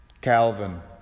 Calvin